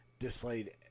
displayed